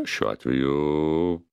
šiuo atveju